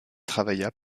travailla